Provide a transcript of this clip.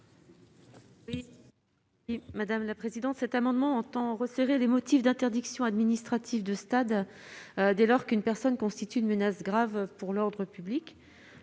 Mme Sabine Van Heghe. Cet amendement tend à limiter les motifs d'interdiction administrative de stade, dès lors qu'une personne constitue une menace grave pour l'ordre public.